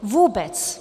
Vůbec.